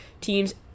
teams